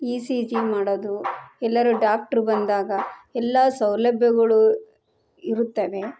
ಈ C G ಮಾಡೋದು ಎಲ್ಲರು ಡಾಕ್ಟ್ರ್ ಬಂದಾಗ ಎಲ್ಲ ಸೌಲಭ್ಯಗಳು ಇರುತ್ತವೆ